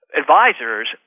advisors